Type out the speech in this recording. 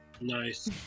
Nice